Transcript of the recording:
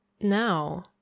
Now